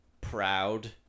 proud